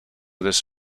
this